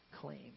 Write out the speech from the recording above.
claim